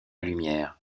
lumière